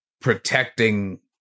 protecting